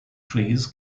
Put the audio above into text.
trees